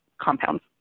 compounds